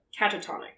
catatonic